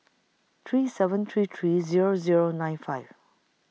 three seven three three Zero Zero nine five